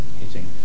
hitting